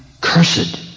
Cursed